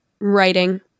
Writing